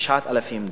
9,000 דונם.